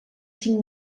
cinc